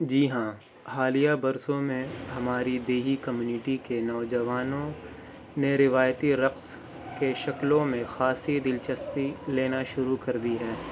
جی ہاں حالیہ برسوں میں ہماری دیہی کمیونٹی کے نوجوانوں نے روایتی رقص کے شکلوں میں خاصی دلچسپی لینا شروع کر دی ہے